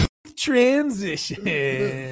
Transition